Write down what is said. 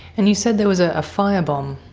and you said there was a ah firebomb?